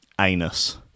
anus